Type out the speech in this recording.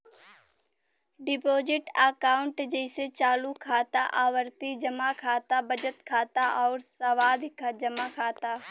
deposit account जइसे चालू खाता, आवर्ती जमा खाता, बचत खाता आउर सावधि जमा खाता